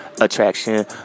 attraction